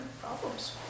problems